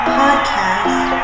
podcast